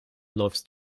läufst